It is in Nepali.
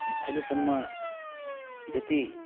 अहिलेसम्म जति